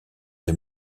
des